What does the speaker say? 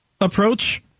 approach